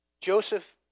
Joseph